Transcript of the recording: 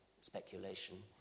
speculation